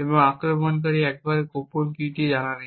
এবং আক্রমণকারীর একমাত্র গোপন কীটিই জানা নেই